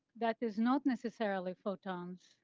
that is not necessarily photons.